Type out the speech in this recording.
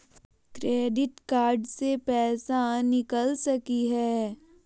Credit card से पैसा निकल सकी हय?